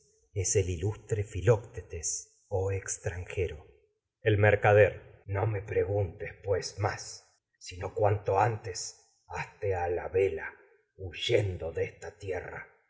que el ilustre filoctetes oh extranjero el mercader no me preguntes pues más sino cuanto antes hazte a la vela huyendo de esta tierra